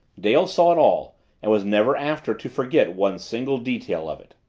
dale saw it all and was never after to forget one single detail of it.